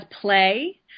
play